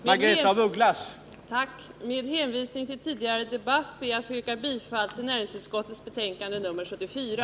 Herr talman! Med hänvisning till tidigare debatt ber jag att få yrka bifall till hemställan i näringsutskottets betänkande nr 74.